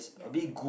ya